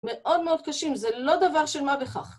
‫מאוד מאוד קשים, ‫זה לא דבר של מה בכך.